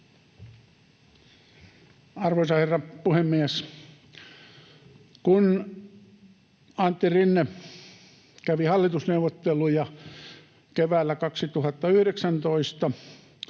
Arvoisa herra puhemies! Kun Antti Rinne kävi hallitusneuvotteluja keväällä 2019